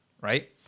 right